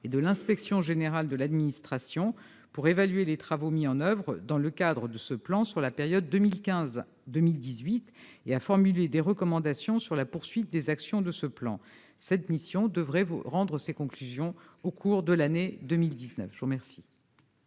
et de l'Inspection générale de l'administration pour évaluer les travaux mis en oeuvre dans le cadre de ce plan sur la période 2015-2018 et formuler des recommandations sur la poursuite des actions de ce plan. Cette mission devrait rendre ses conclusions au cours de l'année 2019. La parole